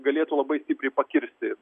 galėtų labai stipriai pakirsti